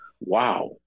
wow